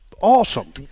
awesome